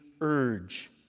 urge